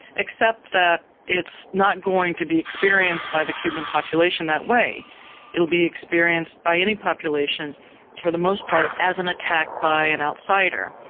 except that it's not going to be experienced by the cuban population that way it will be experienced by any population for the most part as an attack by an outsider.